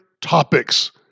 topics